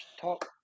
talk